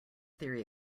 theory